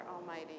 Almighty